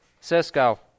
Cisco